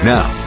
Now